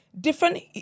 different